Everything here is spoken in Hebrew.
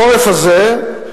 בחורף הזה,